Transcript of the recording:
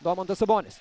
domantas sabonis